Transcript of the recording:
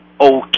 okay